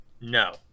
No